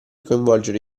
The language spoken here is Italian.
coinvolgere